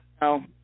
no